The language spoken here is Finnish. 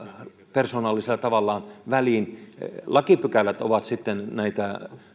persoonallisella tavallaan väliin lakipykälät ovat sitten näitä